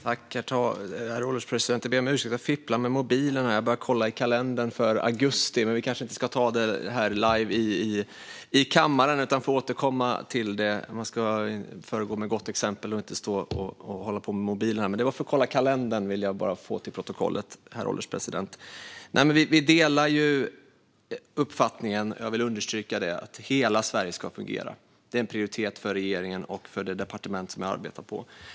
Herr ålderspresident! Jag ber om ursäkt för att jag fipplade med mobilen - jag började kolla i kalendern för augusti, men vi kanske inte ska ta det live i kammaren. Jag får återkomma till det. Jag ska föregå med gott exempel och inte stå här och kolla mobilen, herr ålderspresident, men jag vill påpeka att det var för att kolla kalendern. Jag vill understryka att jag och Martina Johansson delar uppfattningen att hela Sverige ska fungera. Detta är en prioritet för regeringen och för det departement som jag arbetar på.